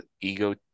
ego